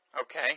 Okay